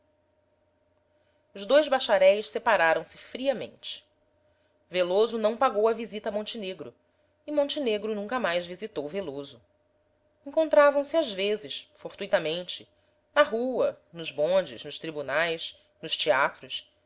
os dois bacharéis separaram-se friamente veloso não pagou a visita a montenegro e montenegro nunca mais visitou veloso encontravam-se às vezes fortuitamente na rua nos bondes nos tribunais nos teatros